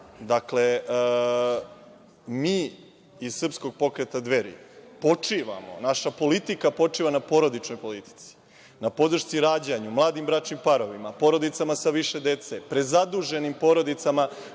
mi iz Srpskog pokreta Dveri, počivamo, naša politika počiva na porodičnoj politici, na podršci rađanju, mladim bračnim parovima, porodicama sa više dece, prezaduženim porodicama